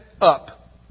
up